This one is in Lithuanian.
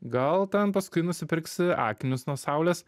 gal ten paskui nusipirks akinius nuo saulės